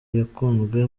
yakunzwe